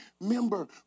member